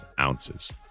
ounces